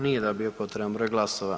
Nije dobio potreban broj glasova.